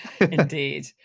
Indeed